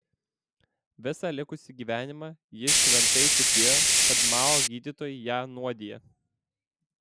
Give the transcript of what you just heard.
visą likusį gyvenimą ji šventai tikėjo kad mao gydytojai ją nuodija